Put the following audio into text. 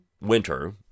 winter